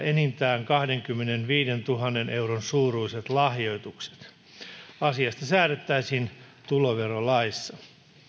enintään kahdenkymmenenviidentuhannen euron suuruiset lahjoitukset asiasta säädettäisiin tuloverolaissa